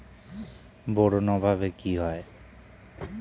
Boron অভাবে কি হয়?